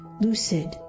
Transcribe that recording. lucid